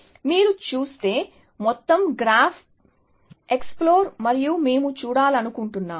మీరు చూస్తే మొత్తం గ్రాఫ్ పేలండి మరియు మేము చూడాలనుకుంటున్నాము